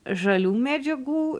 žalių medžiagų